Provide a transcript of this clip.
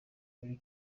muri